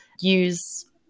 use